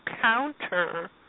counter